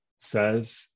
says